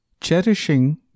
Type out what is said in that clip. Cherishing